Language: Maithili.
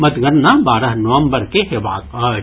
मतगणना बारह नवम्बर के हेबाक अछि